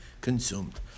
consumed